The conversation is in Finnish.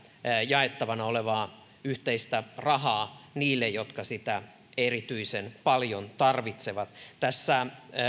jaettavana olevaa yhteistä rahaa niille jotka sitä erityisen paljon tarvitsevat tässä